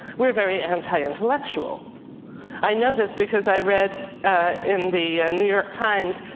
we are very anti-intellectual. i know this because i read in the new york times,